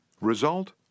Result